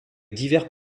divers